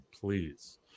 Please